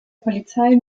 polizei